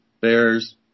Bears